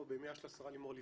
עוד בימיה של השרה לימור לבנת,